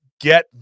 get